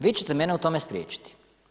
Vi ćete mene u tome spriječiti.